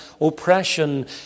oppression